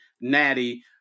Natty